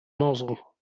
nozzle